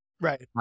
right